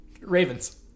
Ravens